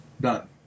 done